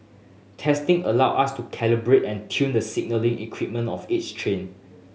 testing allow us to calibrate and tune the signalling equipment of each train